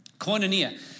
koinonia